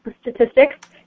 statistics